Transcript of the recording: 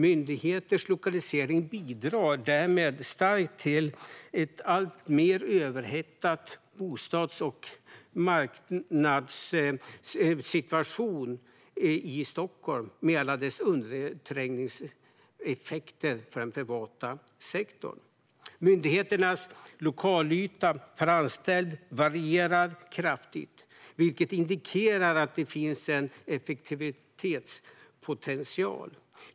Myndigheters lokalisering bidrar därmed starkt till en alltmer överhettad bostadsmarknadssituation i Stockholm, med alla de undanträngningseffekter som lokaliseringen innebär för den privata sektorn. Myndigheternas lokalyta per anställd varierar kraftigt, vilket indikerar att det finns en effektiviseringspotential.